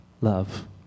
love